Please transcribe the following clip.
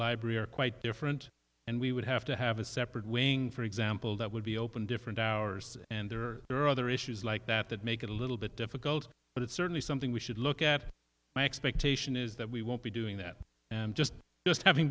library are quite different and we would have to have a separate wing for example that would be open different hours and there are other issues like that that make it a little bit difficult but it's certainly something we should look at my expectation is that we won't be doing that just just having